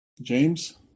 James